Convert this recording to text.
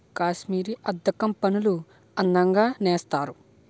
కాశ్మీరీ అద్దకం పనులు అందంగా నేస్తారు